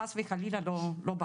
חס וחלילה לא בחוץ.